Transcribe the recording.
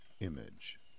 image